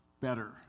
better